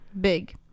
big